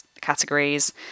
categories